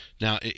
Now